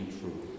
true